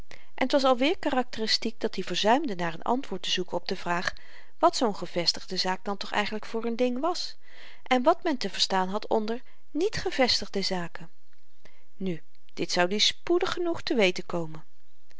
en t was alweer karakteristiek dat-i verzuimde naar n antwoord te zoeken op de vraag wat zoo'n gevestigde zaak dan toch eigenlyk voor n ding was en wat men te verstaan had onder niet gevestigde zaken nu dit zoud i spoedig genoeg te weten komen